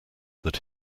that